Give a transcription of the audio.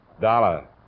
Dollar